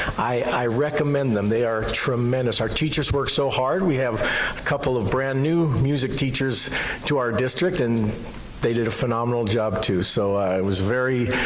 i recommend them, they are tremendous. our teachers work so hard. we have a couple of brand new music teachers to our district and they did a phenomenal job too. so it was very,